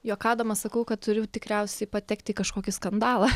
juokaudama sakau kad turiu tikriausiai patekti į kažkokį skandalą